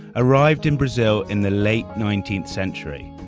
arrived in brazil in the late nineteenth century.